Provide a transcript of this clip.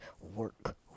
work